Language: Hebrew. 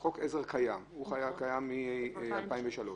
חוק העזר קיים משנת 2003,